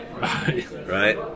right